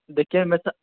जेह्कियां में